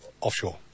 offshore